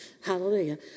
Hallelujah